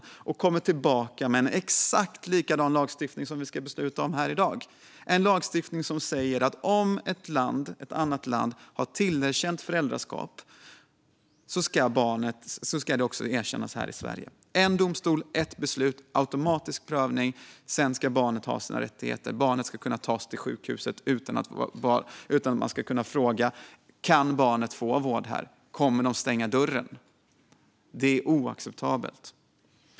Sedan kan de komma tillbaka med en exakt likadan lagstiftning som den vi ska besluta om här i dag - en lagstiftning som säger att om ett annat land har tillerkänt föräldraskap ska det också erkännas här i Sverige. En domstol, ett beslut. Det ska vara en automatisk prövning, sedan ska barnet ha sina rättigheter. Barnet ska kunna tas till sjukhus utan att man ska behöva fråga om barnet kan få vård eller om de kommer att stänga dörren, för annat vore oacceptabelt.